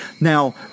Now